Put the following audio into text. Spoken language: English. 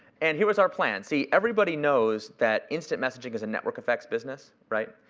and here was our plan. see, everybody knows that instant messaging is a network effects business, right?